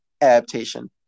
adaptation